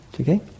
okay